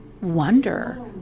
wonder